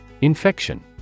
Infection